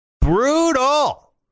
Brutal